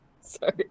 sorry